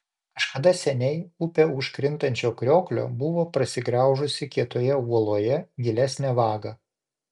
kažkada seniai upė už krintančio krioklio buvo prasigraužusi kietoje uoloje gilesnę vagą